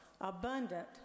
abundant